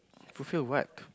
fulfil what